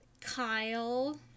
Kyle